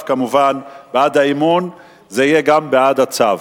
כמובן, בעד האמון זה יהיה גם בעד הצו.